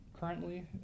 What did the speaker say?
currently